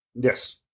Yes